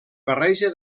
barreja